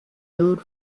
nude